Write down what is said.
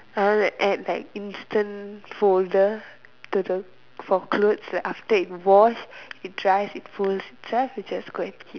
I want to add like instant folder to the for clothes like after it wash it dries it folds inside you just go and keep